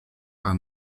are